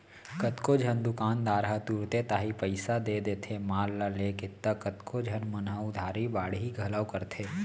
कतको झन दुकानदार ह तुरते ताही पइसा दे देथे माल ल लेके त कतको झन मन ह उधारी बाड़ही घलौ करथे